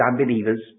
unbelievers